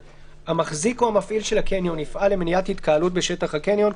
(ד)המחזיק או המפעיל של הקניון יפעל למניעת התקהלויות בשטח הקניון,